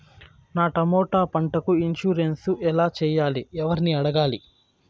నా టమోటా పంటకు ఇన్సూరెన్సు ఎలా చెయ్యాలి? ఎవర్ని అడగాలి?